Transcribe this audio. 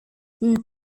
who